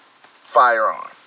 firearm